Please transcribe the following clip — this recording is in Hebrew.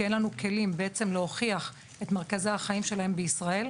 כי בעצם אין לנו כלים להוכיח את מרכז החיים שלהם בישראל.